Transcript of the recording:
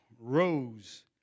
rose